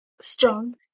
strong